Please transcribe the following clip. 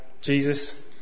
Jesus